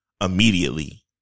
immediately